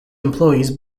employees